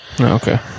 Okay